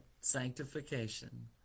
sanctification